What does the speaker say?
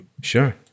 Sure